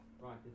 Right